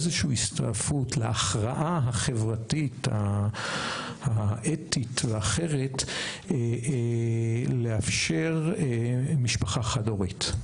איזה שהיא הסתעפות להכרעה החברתית האתית ואחרת לאפשר משפחה חד הורית.